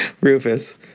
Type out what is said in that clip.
Rufus